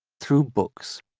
through books.